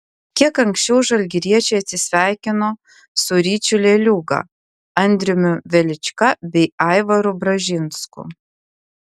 kiek anksčiau žalgiriečiai atsisveikino su ryčiu leliūga andriumi velička bei aivaru bražinsku